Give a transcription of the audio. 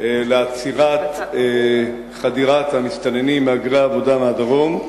לעצירת חדירת המסתננים מהגרי העבודה מהדרום,